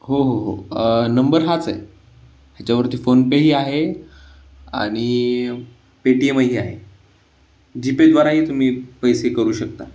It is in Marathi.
हो हो हो नंबर हाच आहे ह्याच्यावरती फोनपेही आहे आणि पेटीएमही आहे जीपेद्वाराही तुम्ही पैसे करू शकता